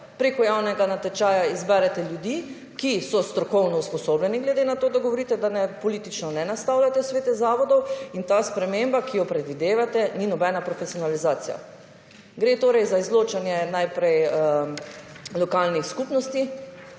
preko javnega natečaja izberete ljudi, ki so strokovno usposobljeni glede na to, da govorite, da politično ne nastavljate svete zavodov. In ta sprememba, ki jo predvidevate ni nobena profesionalizacija. Gre torej za izločanje najprej lokalnih skupnosti